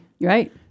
Right